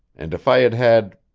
and if i had had